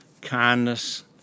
kindness